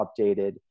updated